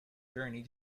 journey